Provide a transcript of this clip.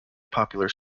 popular